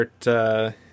start